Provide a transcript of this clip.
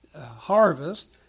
harvest